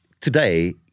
today